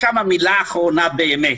ועכשיו המילה האחרונה באמת.